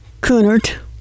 Coonert